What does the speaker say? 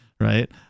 right